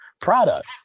product